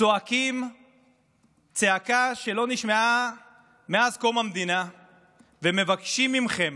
צועקים צעקה שלא נשמעה מאז קום המדינה ומבקשים מכם: